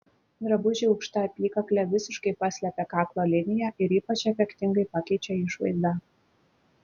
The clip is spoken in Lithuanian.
drabužiai aukšta apykakle visiškai paslepia kaklo liniją ir ypač efektingai pakeičia išvaizdą